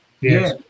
Yes